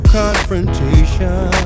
confrontation